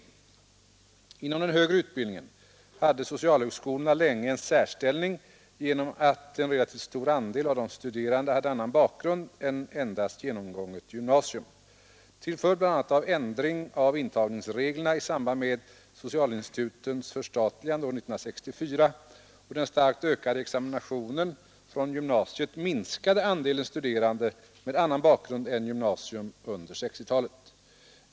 Inom den högre utbildningen hade socialhögskolorna länge en särställning genom att en relativt stor andel av de studerande hade annan bakgrund än endast genomgånget gymnasium. Till följd bl.a. av ändring av intagningsreglerna i samband med socialinstitutens förstatligande år 1964 och den starkt ökade examinationen från gymnasiet minskade andelen studerande med annan bakgrund än gymnasium under 1960 talet.